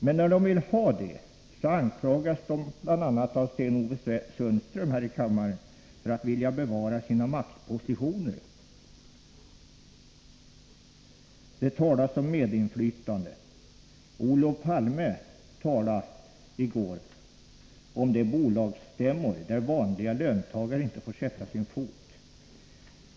Men när de vill ha det anklagas de bl.a. av Sten-Ove Sundström här i kammaren för att vilja bevara sina maktpositioner. Det har talats om medinflytande i debatten, och Olof Palme talade i går om ”de bolagsstämmor där vanliga löntagare inte får sätta sin fot”.